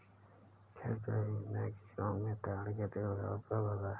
क्या जैव ईंधन के रूप में ताड़ के तेल का उपयोग होता है?